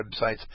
websites